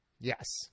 Yes